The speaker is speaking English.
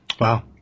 Wow